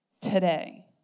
today